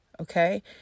Okay